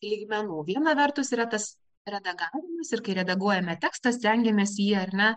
lygmenų viena vertus retas redagavom ir kai redaguojame tekstą stengiamės jį ar ne